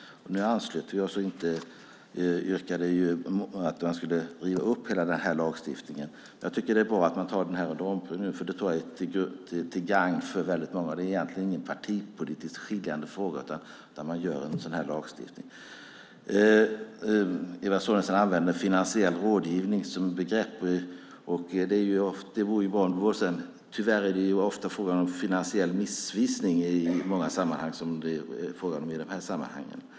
Nu anslöt vi oss och yrkade inte på att man skulle riva upp hela den här lagstiftningen. Jag tycker att det är bra att man nu gör en omprövning av den, för det tror jag är till gagn för väldigt många. Det är egentligen ingen partipolitiskt skiljande fråga när man gör en sådan här lagstiftning. Eva Sonidsson använder begreppet finansiell rådgivning. Det vore bra om det vore så. Tyvärr är det ofta fråga om finansiell missvisning i de här sammanhangen.